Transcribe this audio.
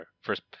first